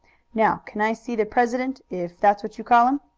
now can i see the president, if that's what you call him?